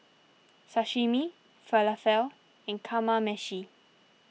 Sashimi Falafel and Kamameshi